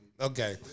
Okay